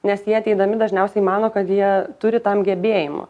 nes jie ateidami dažniausiai mano kad jie turi tam gebėjimų